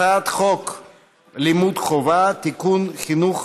הצעת חוק לימוד חובה (תיקון, חינוך